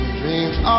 dreams